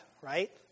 right